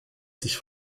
sich